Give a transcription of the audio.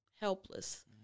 Helpless